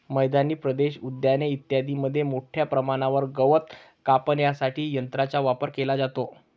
मैदानी प्रदेश, उद्याने इत्यादींमध्ये मोठ्या प्रमाणावर गवत कापण्यासाठी यंत्रांचा वापर केला जातो